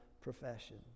profession